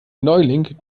neuling